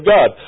God